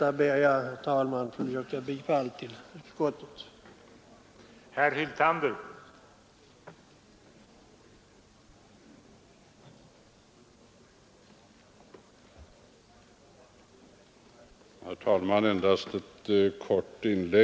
Jag ber att med det anförda få yrka bifall till utskottets hemställan.